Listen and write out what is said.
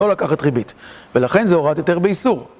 לא לקחת ריבית, ולכן זה הוראת היתר באיסור.